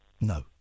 No